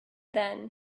then